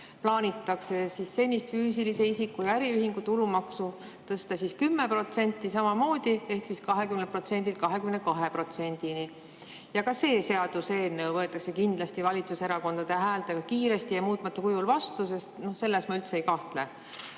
plaanitakse senist füüsilise isiku ja äriühingu tulumaksu tõsta 10% ehk samamoodi 20%-lt 22%-le. Ka see seaduseelnõu võetakse kindlasti valitsuserakondade häältega kiiresti ja muutmata kujul vastu, selles ma üldse ei kahtle,